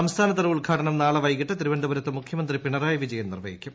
സംസ്ഥാനതലഉദ്ഘാടനം നാളെവൈകിട്ട്തിരുവനന്തപുരത്ത്മുഖ്യമന്ത്രി പ്പിണറായി വിജയൻ നിർവഹിക്കും